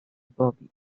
bobby